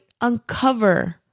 uncover